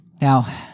Now